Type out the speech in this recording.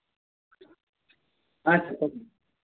చెప్పండి